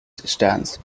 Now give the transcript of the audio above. stance